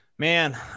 Man